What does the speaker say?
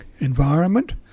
environment